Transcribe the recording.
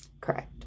Correct